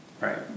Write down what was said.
Right